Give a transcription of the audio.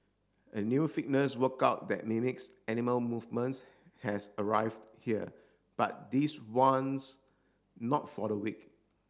a new fitness workout that mimics animal movements has arrived here but this one's not for the weak